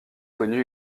connue